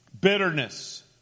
bitterness